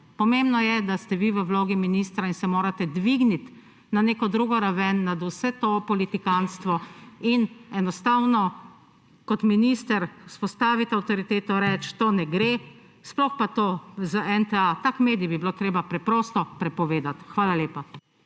Pomembno je, da ste vi v vlogi ministra in se morate dvigniti na neko drugo raven, nad vse to politikanstvo; in enostavno kot minister vzpostaviti avtoriteto in reči, da to ne gre. Sploh pa to za NTA. Tak medij bi bilo treba preprosto prepovedati. Hvala lepa.